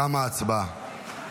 תמה ההצבעה.